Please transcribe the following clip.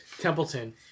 Templeton